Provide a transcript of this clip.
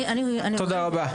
תודה רבה.